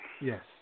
yes